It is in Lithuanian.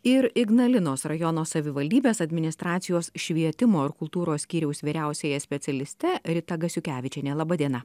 ir ignalinos rajono savivaldybės administracijos švietimo ir kultūros skyriaus vyriausiąja specialiste rita gasiukevičiene laba diena